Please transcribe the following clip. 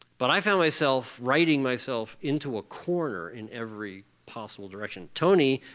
but i found myself writing myself into a corner in every possible direction. tony